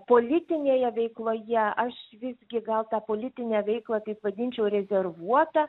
politinėje veikloje aš visgi gal tą politinę veiklą taip vadinčiau rezervuota